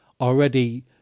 Already